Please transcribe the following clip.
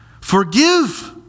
Forgive